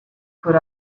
put